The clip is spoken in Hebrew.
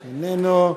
איננו,